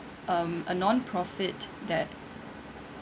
um a non-profit that